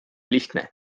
lihtne